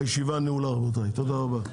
הישיבה נעולה, רבותיי, תודה רבה.